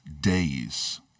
days